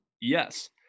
Yes